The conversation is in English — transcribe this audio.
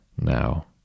Now